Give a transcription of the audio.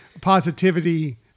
positivity